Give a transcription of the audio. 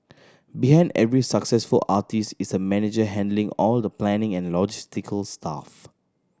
behind every successful artist is a manager handling all the planning and logistical stuff